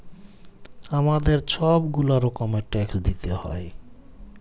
আমাদের ছব গুলা রকমের ট্যাক্স দিইতে হ্যয়